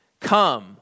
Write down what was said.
come